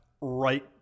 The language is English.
right